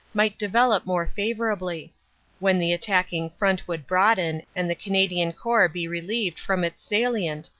might develop more favorably when the attacking front would broaden and the canadian corps be relieved from its salient,